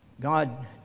God